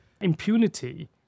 Impunity